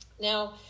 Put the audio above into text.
Now